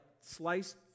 sliced